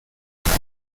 faru